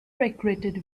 recruited